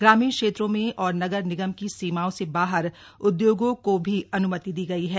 ग्रामीण क्षेत्रों में और नगर निगम की सीमाओं से बाहर उद्योगों को भी अन्मति दी गई है